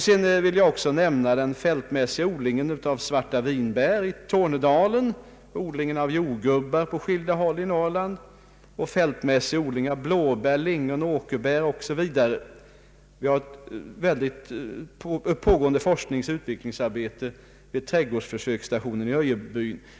Sedan vill jag också nämna den fältmässiga odlingen av svarta vinbär i Tornedalen, odlingen av jordgubbar på skilda håll i Norrland och den fältmässiga odlingen av blåbär, lingon, åkerbär o.s.v. Det pågår ett omfattande forskningsoch utvecklingsarbete vid trädgårdsförsöksstationen i Öjebyn.